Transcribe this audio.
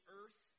earth